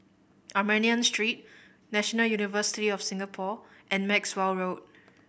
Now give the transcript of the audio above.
Armenian Street National University of Singapore and Maxwell Road